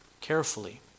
carefully